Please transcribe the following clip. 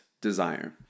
desire